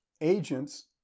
agents